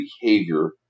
behavior